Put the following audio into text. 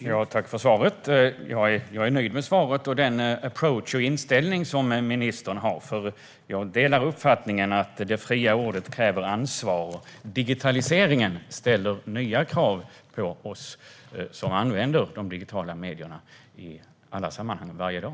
Herr talman! Tack för svaret! Jag är nöjd med svaret och med den approach och inställning som ministern har, för jag delar uppfattningen att det fria ordet kräver ansvar. Digitaliseringen ställer nya krav på oss som använder de digitala medierna i alla sammanhang, varje dag.